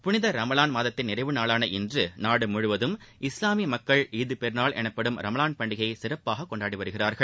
புனித ரமலான் மாதத்தின் நிறைவு நாளான இன்று நாடு முழுவதும் இஸ்லாமிய மக்கள் ஈத் பெருநாள் எனப்படும் ரமலான் பண்டிகையை சிறப்பாக கொண்டாடி வருகிறார்கள்